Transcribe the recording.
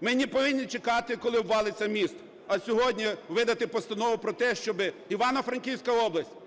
Ми не повинні чекати, коли обвалиться міст, а сьогодні видати постанову про те, щоб Івано-Франківська область,